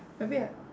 maybe I